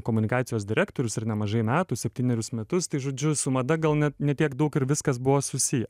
komunikacijos direktorius ir nemažai metų septynerius metus žodžiu su mada gal net ne tiek daug ir viskas buvo susiję